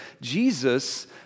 Jesus